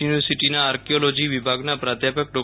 યુનિવર્સિટીના આર્કયોલોજી વિભાગના પ્રાધ્યાપક ડો